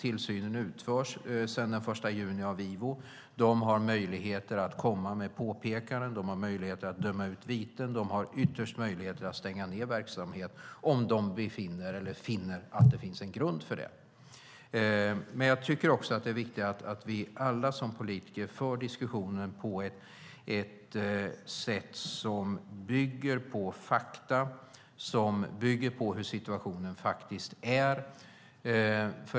Tillsynen utförs sedan den 1 juni av IVO. De har möjlighet att komma med påpekanden, de har möjlighet att döma ut viten, ytterst har de möjlighet att stänga ned verksamhet om de finner att det finns grund för det. Det är viktigt att vi som politiker alla för diskussioner på ett sätt som bygger på fakta, som bygger på hur situationen faktiskt är.